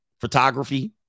Photography